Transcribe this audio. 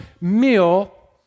meal